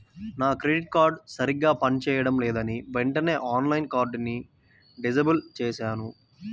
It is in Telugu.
నా క్రెడిట్ కార్డు సరిగ్గా పని చేయడం లేదని వెంటనే ఆన్లైన్లో కార్డుని డిజేబుల్ చేశాను